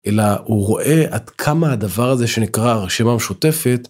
אלא הוא רואה עד כמה הדבר הזה שנקרא הרשימה משותפת.